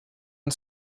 and